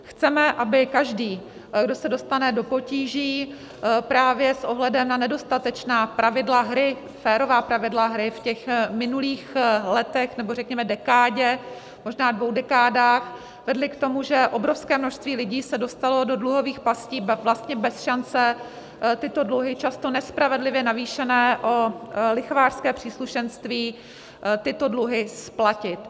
Chceme, aby každý, kdo se dostane do potíží právě s ohledem na nedostatečná pravidla hry, férová pravidla hry v minulých letech, nebo řekněme dekádě, možná dvou dekádách, vedly k tomu, že obrovské množství lidí se dostalo do dluhových pastí, vlastně bez šance tyto dluhy, často nespravedlivě navýšené o lichvářské příslušenství, tyto dluhy splatit.